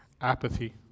apathy